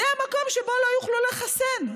זה המקום שבו לא יוכלו לחסן.